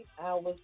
hours